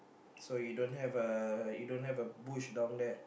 so you don't have a you don't have a bush down there